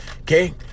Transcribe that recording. Okay